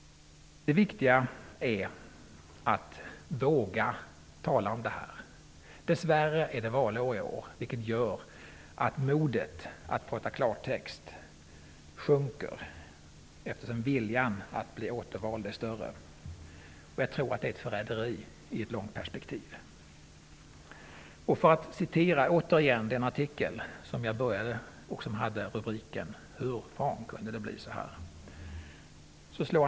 Det viktiga är att våga tala om detta. Dess värre är det valår i år, vilket gör att modet att prata klartext sjunker eftersom viljan att bli återvald är större. Jag tror att det är ett förräderi i ett långt perspektiv. Jag vill återigen ta upp den artikel med rubriken ''Hur fan kunde det bli så här?'' som jag nämnde i början.